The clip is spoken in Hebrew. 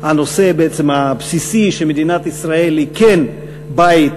הנושא בעצם הבסיסי שמדינת ישראל היא כן בית